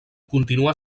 continua